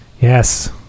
Yes